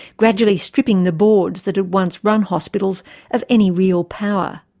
gradually stripping the boards that had once run hospitals of any real power.